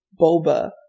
Boba